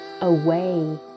away